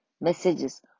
messages